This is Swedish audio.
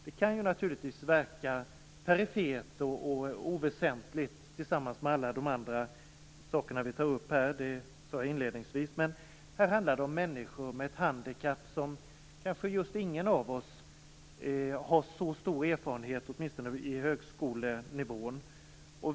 Det kan ju naturligtvis verka perifert och oväsentligt i förhållande till de frågor som vi tar upp i detta sammanhang. Men här handlar det om människor med ett handikapp som kanske ingen av oss har så stor erfarenhet av, åtminstone inte på högskolenivå.